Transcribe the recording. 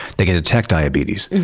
they can detect diabetes.